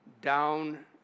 down